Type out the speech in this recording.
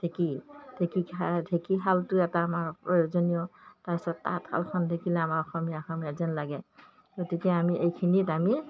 ঢেঁকী ঢেঁকী ঢেঁকীশালটো এটা আমাৰ প্ৰয়োজনীয় তাৰ পিছত তাঁতশালখনঢোকিলে আমাৰ অসমীয়া অসমীয়া যেন লাগে গতিকে আমি এইখিনিত আমি